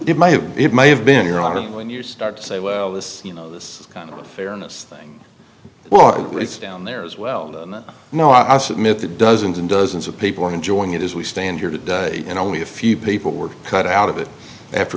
it might have it may have been around and when you start to say well this you know this kind of fairness thing well it's down there as well and i know i submitted dozens and dozens of people enjoying it as we stand here today and only a few people were cut out of it after